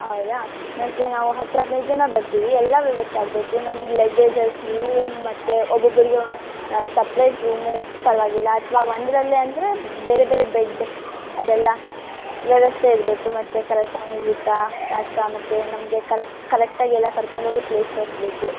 ಹೌದಾ ನಂತರ ನಾವು ಹತ್ತು ಹದಿನೈದು ಜನ ಬರ್ತೀವಿ ಎಲ್ಲ ವ್ಯವಸ್ಥೆ ಆಗಬೇಕು ನಮ್ಮ ಲಗೇಜಸ್ ರೂಮ್ ಮತ್ತು ಒಬ್ಬೊಬ್ಬರಿಗೆ ಒಂದು ಸಪ್ರೇಟ್ ರೂಮು ಪರವಾಗಿಲ್ಲ ಅಥವಾ ಒಂದರಲ್ಲೇ ಅಂದರೆ ಬೇರೆ ಬೇರೆ ಬೆಡ್ ಅದೆಲ್ಲ ವ್ಯವಸ್ಥೆ ಇರಬೇಕು ಮತ್ತು ಕರೆಕ್ಟ್ ಟೈಮಿಗೆ ಊಟ ನಾಷ್ಟಾ ಮತ್ತು ನಮಗೆ ಕರೆಕ್ಟಾಗೆಲ್ಲ ಕರ್ಕೊಂಡೋಗಿ ಪ್ಲೇಸ್ ತೋರಿಸ್ಬೇಕು